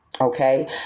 okay